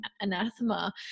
anathema